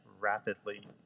rapidly